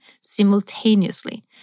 simultaneously